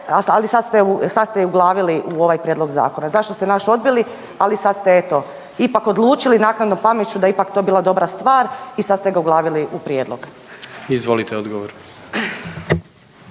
ali sad ste je uglavili u ovaj prijedlog zakona, zašto ste naš odbili, ali sad ste eto ipak odlučili naknadno pameću da je to bila dobra stvar i sad ste ga uglavili u prijedlog? **Jandroković,